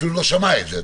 אפילו לא שמע את זה.